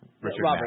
Richard